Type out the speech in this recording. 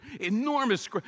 Enormous